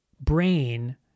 brain